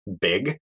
big